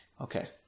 Okay